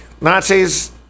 nazis